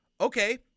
Okay